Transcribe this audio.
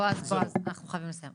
בועז אנחנו חייבים לסיים.